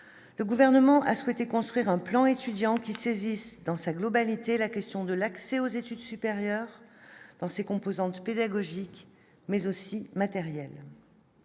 le gouvernement a souhaité construire un plan étudiant qui saisissent dans sa globalité, la question de l'accès aux études supérieures, dans ses composantes pédagogique mais aussi le